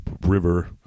river